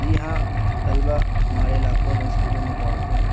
جی ہاں طلبا ہمارے علاقوں میں اسکولوں میں دوڑتے ہیں